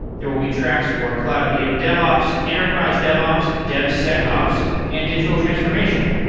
there will be tracks for cloud native devops, enterprise devops, devsecops and digital transformation.